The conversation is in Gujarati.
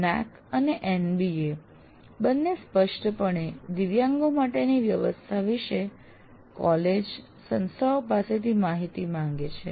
NAAC અને NBA બંને સ્પષ્ટપણે દિવ્યાંગો માટેની વ્યવસ્થા વિશે કોલેજો સંસ્થાઓ પાસેથી માહિતી માગે છે